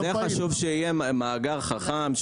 לכן חשוב שיהיה מאגר חכם,